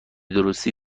درستی